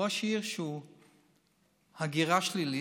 ראש עיר שבעיר שלו יש הגירה שלילית,